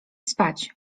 spać